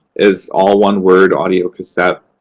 it's all one word, audiocassette.